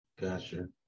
Gotcha